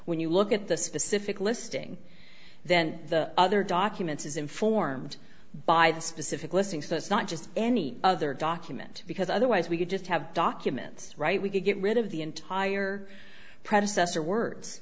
when you look at the specific listing then the other documents is informed by the specific listing so it's not just any other document because otherwise we could just have documents right we could get rid of the entire predecessor words